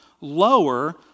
lower